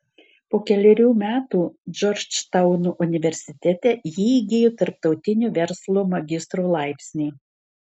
po kelerių metų džordžtauno universitete ji įgijo tarptautinio verslo magistro laipsnį